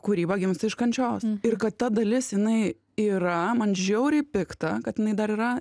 kūryba gimsta iš kančios ir kad ta dalis jinai yra man žiauriai pikta kad jinai dar yra